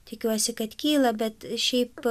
tikiuosi kad kyla bet šiaip